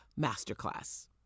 masterclass